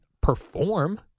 perform